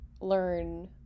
learn